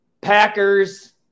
Packers